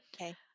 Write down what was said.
Okay